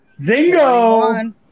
Zingo